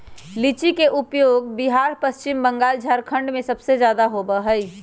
लीची के उपज बिहार पश्चिम बंगाल झारखंड में सबसे ज्यादा होबा हई